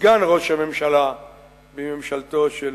סגן ראש הממשלה בממשלתו של